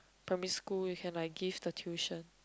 primary school you can like give the tuition